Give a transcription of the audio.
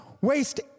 waste